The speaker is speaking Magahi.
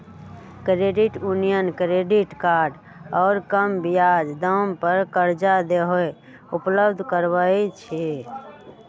क्रेडिट यूनियन क्रेडिट कार्ड आऽ कम ब्याज दाम पर करजा देहो उपलब्ध करबइ छइ